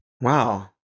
Wow